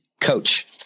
coach